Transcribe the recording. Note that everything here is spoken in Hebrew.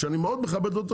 שאני מאוד מכבד אותו,